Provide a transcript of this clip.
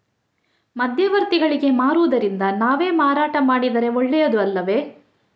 ಮಧ್ಯವರ್ತಿಗಳಿಗೆ ಮಾರುವುದಿಂದ ನಾವೇ ಮಾರಾಟ ಮಾಡಿದರೆ ಒಳ್ಳೆಯದು ಅಲ್ಲವೇ?